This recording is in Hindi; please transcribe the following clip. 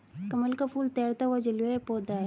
कमल का फूल तैरता हुआ जलीय पौधा है